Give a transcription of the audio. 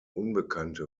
unbekannte